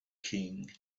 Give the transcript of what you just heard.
king